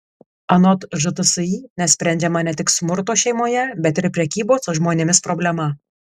anot žtsi nesprendžiama ne tik smurto šeimoje bet ir prekybos žmonėmis problema